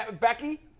Becky